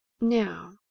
now